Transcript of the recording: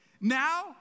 Now